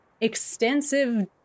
extensive